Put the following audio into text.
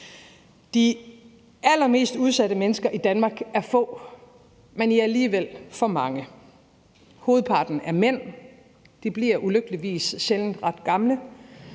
De allermest udsatte mennesker i Danmark er få, men I er alligevel for mange. Hovedparten er mænd. De bliver ulykkeligvis sjældent ret gamle.